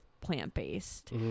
plant-based